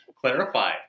clarify